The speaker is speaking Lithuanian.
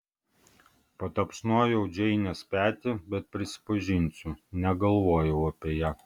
patapšnojau džeinės petį bet prisipažinsiu negalvojau apie ją